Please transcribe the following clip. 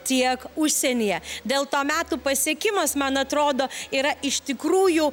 tiek užsienyje dėl to metų pasiekimas man atrodo yra iš tikrųjų